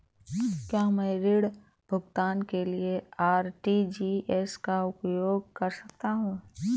क्या मैं ऋण भुगतान के लिए आर.टी.जी.एस का उपयोग कर सकता हूँ?